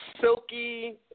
silky